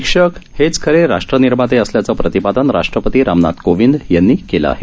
शिक्षक हेच खरे राष्ट्रनिर्माते असल्याचं प्रतिपादन राष्ट्रपती रामनाथ कोविंद यांनी केलं आहे